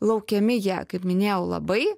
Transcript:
laukiami jie kaip minėjau labai